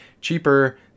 cheaper